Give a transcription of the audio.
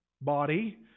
body